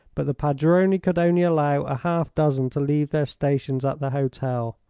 but the padrone could only allow a half dozen to leave their stations at the hotel.